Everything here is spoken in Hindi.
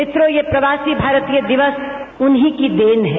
मित्रों ये प्रवासी भारतीय दिवस उन्हीं की देन है